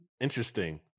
interesting